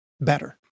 better